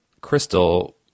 Crystal